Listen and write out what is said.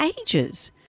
ages